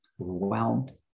overwhelmed